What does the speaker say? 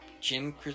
Jim